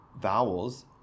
vowels